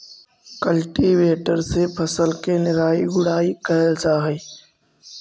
cultivator से फसल के निराई गुडाई कैल जा हई